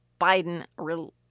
Biden